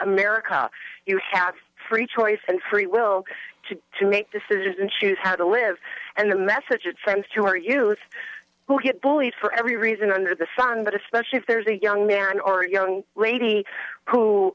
america you have free choice and free will to make decisions and choose how to live and the message it sends to our youth who get bullied for every reason under the sun but especially if there's a young man or young lady who